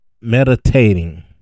Meditating